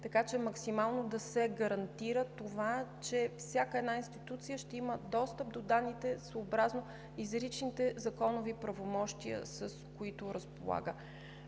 така че максимално да се гарантира това, че всяка една институция ще има достъп до данните, съобразно изричните законови правомощия, с които разполага.